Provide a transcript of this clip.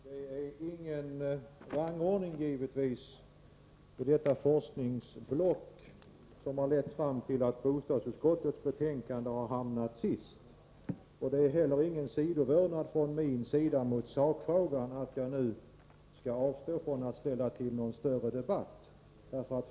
Herr talman! Det är givetvis inte någon rangordning inom detta forskningsblock som har lett till att bostadsutskottets betänkande har hamnat sist, och det är heller ingen sidovördnad från min sida mot sakfrågan att jag nu avstår från att ställa till någon större debatt.